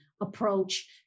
approach